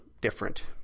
different